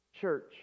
church